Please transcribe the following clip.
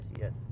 yes